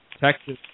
Texas